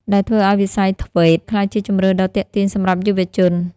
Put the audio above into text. ដែលធ្វើឱ្យវិស័យ ធ្វេត TVET ក្លាយជាជម្រើសដ៏ទាក់ទាញសម្រាប់យុវជន។